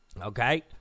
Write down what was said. Okay